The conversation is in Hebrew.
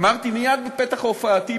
אמרתי מייד בפתח הופעתי,